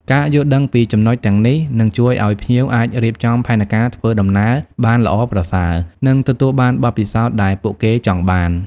ការយល់ដឹងពីចំណុចទាំងនេះនឹងជួយឲ្យភ្ញៀវអាចរៀបចំផែនការធ្វើដំណើរបានល្អប្រសើរ និងទទួលបានបទពិសោធន៍ដែលពួកគេចង់បាន។